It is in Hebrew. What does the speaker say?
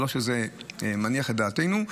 לא שזה מניח את דעתנו.